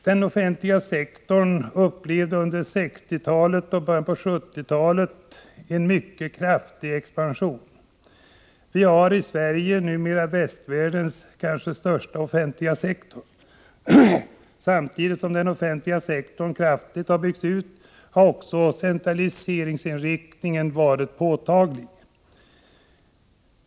Den offentliga sektorn upplevde under 1960-talet och i början av 1970-talet en mycket kraftig expansion. I Sverige har vi numera västvärldens kanske största offentliga sektor. Samtidigt som den offentliga sektorn kraftigt har byggts ut har också centraliseringsinriktningen varit påtaglig.